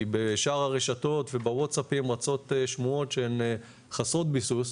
כי בשאר הרשתות ובוואטס אפ רצות שמועות שהן חסרות ביסוס,